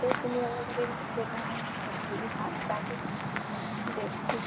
খুবই ভালো লাগে দেখতে